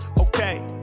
okay